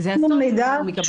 שום מידע.